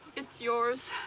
it's yours.